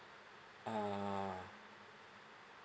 ah